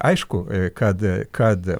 aišku kad kad